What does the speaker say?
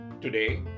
Today